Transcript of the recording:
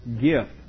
gift